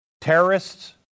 terrorists